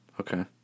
Okay